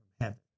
heaven